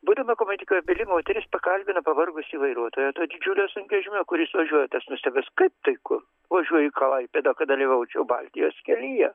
būdama komunikabili moteris pakalbina pavargusį vairuotoją to didžiulio sunkvežimio kur jis važiuoja tas nustebęs kaip tai kur važiuoju į klaipėdą kad dalyvaučiau baltijos kelyje